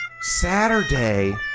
Saturday